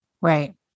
Right